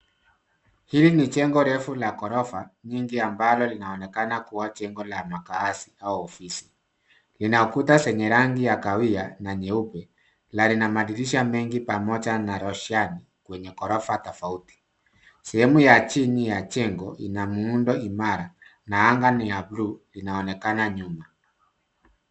Hii ni jengo refu la ghorofa nyingi, ambalo linaonekana kuwa jengo la makaazi au ofisi. Lina ukuta zenye rangi ya kahawia na nyeupe na lina madirisha mengi pamoja na roshani, kwenye ghorofa tofauti. Sehemu ya chini ya jengo, ina muundo imara na anga ni ya buluu, linaonekana nyuma.